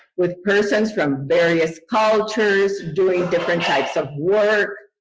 with persons from various cultures, doing different types of work.